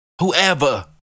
Whoever